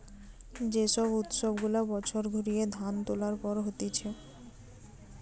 যে সব উৎসব গুলা বছর ঘুরিয়ে ধান তুলার পর হতিছে